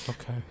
Okay